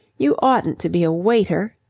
you oughtn't to be a waiter!